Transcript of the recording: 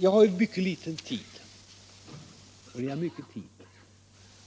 Jag har mycket litet tid och ni har mycket tid,